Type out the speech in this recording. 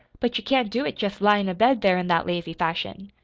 but you can't do it jest lyin' abed there in that lazy fashion.